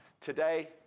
Today